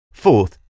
Fourth